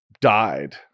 died